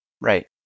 Right